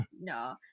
No